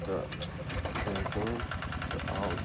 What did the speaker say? تہٕ گٔیہِ کٲم تہٕ آو